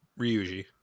Ryuji